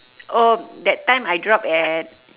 oh that time I drop at